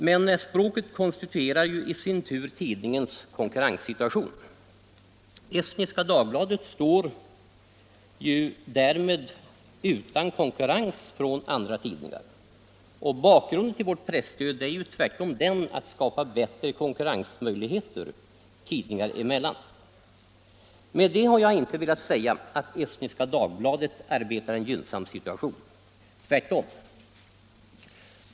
Men språket konstituerar tidningens konkurrenssituation. Estniska Dagbladet står genom att den utges på estniska språket utan konkurrens från andra tidningar, och syftet med vårt presstöd är ju tvärtom att skapa bättre konkurrensmöjligheter tidningarna emellan. Med detta har jag inte velat säga att Estniska Dagbladet arbetar i en gynnsam situation. Tvärtom.